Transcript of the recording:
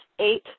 eight